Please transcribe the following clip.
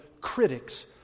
critics